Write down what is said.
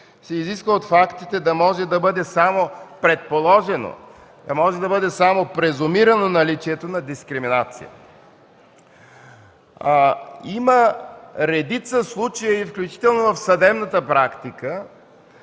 се изисква от фактите да може да бъде само предположено, да може да бъде само резюмирано наличието на дискриминация. Има редица случаи, включително в съдебната практика,